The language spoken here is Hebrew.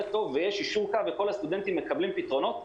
טוב ויש יישור קו וכל הסטודנטים מקבלים פתרונות.